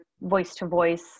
voice-to-voice